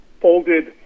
folded